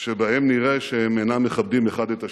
שבהם נראה שהם אינם מכבדים אחד את השני.